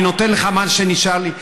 אני נותן לך מה שנשאר לי,